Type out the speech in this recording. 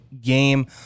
game